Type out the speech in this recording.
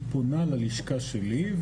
היא פונה ללשכה שלי,